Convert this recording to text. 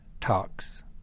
talks